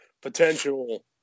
potential